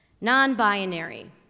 Non-binary